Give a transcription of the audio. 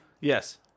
yes